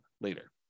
later